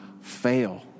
fail